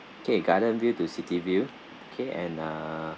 okay garden view to city view okay and uh